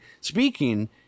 speaking